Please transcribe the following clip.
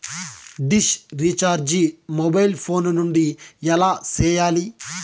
dish recharge mobile phone నుండి ఎలా సేయాలి